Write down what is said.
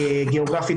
לגבי הרכבל לעיר עתיקה.